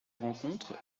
rencontre